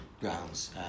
grounds